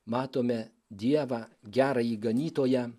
matome dievą gerąjį ganytoją